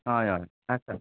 हय हय आसता